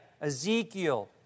Ezekiel